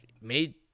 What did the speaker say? made